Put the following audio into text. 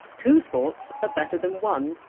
two sports are better than one.